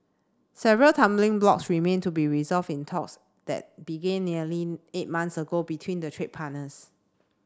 several stumbling blocks remain to be resolved in talks that began nearly eight months ago between the trade partners